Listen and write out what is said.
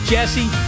Jesse